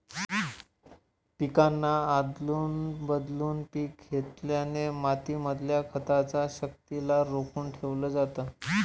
पिकांना आदलून बदलून पिक घेतल्याने माती मधल्या खताच्या शक्तिला रोखून ठेवलं जातं